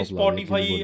Spotify